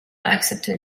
accepte